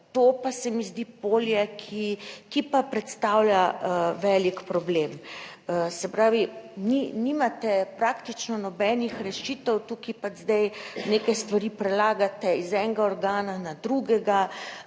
To pa se mi zdi polje, ki pa predstavlja velik problem. Se pravi, nimate praktično nobenih rešitev. Tukaj pač zdaj neke stvari prelagate iz enega organa na drugega